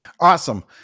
Awesome